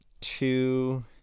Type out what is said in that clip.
two